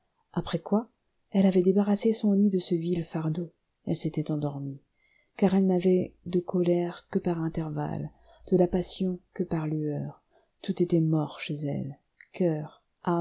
après quoi elle avait débarrassé son lit de ce vil fardeau elle s'était endormie car elle n'avait de colère que par intervalle de la passion que par lueurs tout était mort chez elle coeur